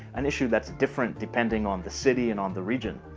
an issue that's different depending on the city and on the region.